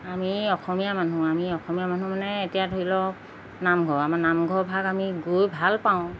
আমি অসমীয়া মানুহ আমি অসমীয়া মানুহ মানে এতিয়া ধৰি লওক নামঘৰ আমাৰ নামঘৰ ভাগ আমি গৈ ভাল পাওঁ